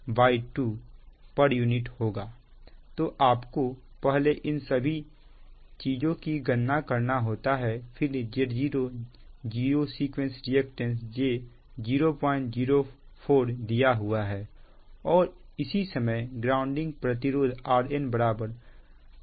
तो आपको पहले इन सभी चीजों की गणना करना होता है फिर Z0 zero sequence reactance j 004 दिया हुआ है और इसी समय ग्राउंडिंग प्रतिरोध Rn 1Ω है